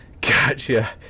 Gotcha